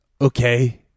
Okay